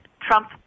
Trump